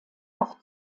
auch